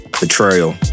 betrayal